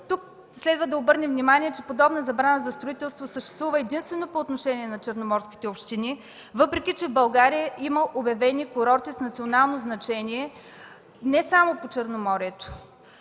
Следва да обърнем внимание, че подобна забрана за строителство съществува единствено по отношение на черноморските общини, въпреки че в България има обявени курорти с национално значение не само по Черноморието.